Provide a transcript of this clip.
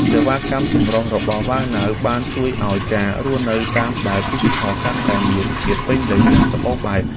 សេវាកម្មចម្រុះរបស់វ៉ៅណាវបានជួយឱ្យការរស់នៅតាមបែបឌីជីថលកាន់តែមានភាពពេញលេញនិងសម្បូរបែប។